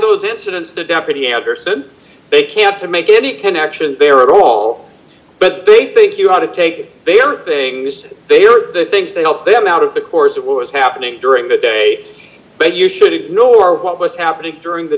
those incidents to deputy editor said they can't to make any connection there at all but they think you ought to take their things as they are the things they help them out of the course of what was happening during the day but you should ignore what was happening during the